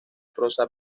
prosa